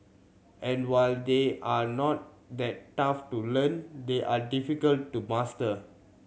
and while they are not that tough to learn they are difficult to master